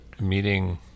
meeting